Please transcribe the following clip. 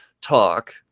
talk